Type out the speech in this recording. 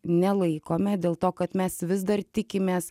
nelaikome dėl to kad mes vis dar tikimės